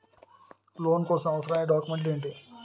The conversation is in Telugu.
లోన్ కోసం అవసరమైన డాక్యుమెంట్స్ ఎంటి?